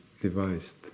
devised